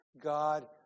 God